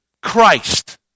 Christ